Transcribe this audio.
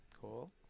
Cool